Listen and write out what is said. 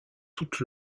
toute